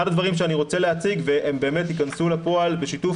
אחד הדברים שאני רוצה להציג והם באמת ייכנסו לפועל בשיתוף